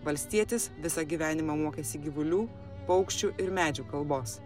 valstietis visą gyvenimą mokėsi gyvulių paukščių ir medžių kalbos